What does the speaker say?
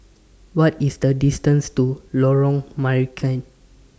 What IS The distance to Lorong Marican